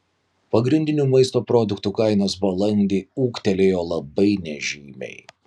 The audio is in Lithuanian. pagrindinių maisto produktų kainos balandį ūgtelėjo labai nežymiai